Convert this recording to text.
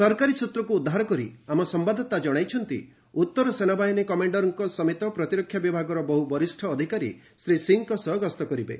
ସରକାରୀ ସୂତ୍ରକୁ ଉଦ୍ଧାର କରି ଆମ ସମ୍ଭାଦଦାତା ଜଣାଇଛନ୍ତି ଉତ୍ତର ସେନାବାହିନୀ କମାଣ୍ଡରଙ୍କ ସମେତ ପ୍ରତିରକ୍ଷା ବିଭାଗର ବହୁ ବରିଷ୍ଣ ଅଧିକାରୀ ଶ୍ରୀ ସିଂହଙ୍କ ସହ ଗସ୍ତ କରିବେ